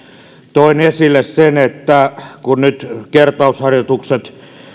toin esille ja kysyin että kun nyt kertausharjoitukset